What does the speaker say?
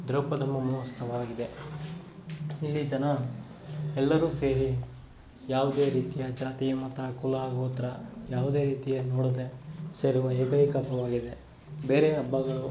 ದ್ರೌಪದ ಮೋಮೋತ್ಸವ ಆಗಿದೆ ಇಲ್ಲಿ ಜನ ಎಲ್ಲರೂ ಸೇರಿ ಯಾವುದೇ ರೀತಿಯ ಜಾತಿ ಮತ ಕುಲ ಗೋತ್ರ ಯಾವುದೇ ರೀತಿಯ ನೋಡದೆ ಸೇರುವ ಏಕೈಕ ಹಬ್ಬವಾಗಿದೆ ಬೇರೆ ಹಬ್ಬಗಳು